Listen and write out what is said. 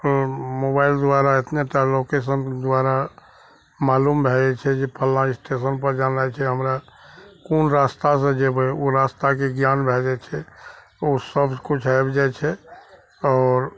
फेर मोबाइल द्वारा एतनेटा लोकेशन द्वारा मालूम भए जाए छै जे फल्लाँ एस्टेशनपर जाना छै हमरा कोन रस्तासे जएबै ओ रस्ताके ज्ञान भए जए छै ओ सबकिछु आबि जाए छै आओर